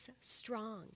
strong